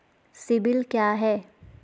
CIBIL क्या है?